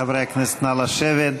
חברי הכנסת, נא לשבת.